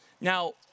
Now